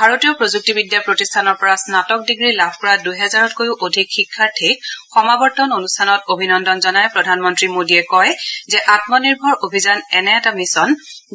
ভাৰতীয় প্ৰযুক্তিবিদ্যা প্ৰতিষ্ঠানৰ পৰা স্নাতক ডিগ্ৰী লাভ কৰা দুহাজাৰতকৈও অধিক শিক্ষাৰ্থীক সমাবৰ্তন অনুষ্ঠানত অভিনন্দন জনাই প্ৰধানমন্ত্ৰী মোদীয়ে কয় যে আম্মনিৰ্ভৰ অভিযান এনে এটা মিছন